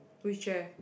which chair